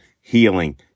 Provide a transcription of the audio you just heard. healing